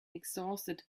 exhausted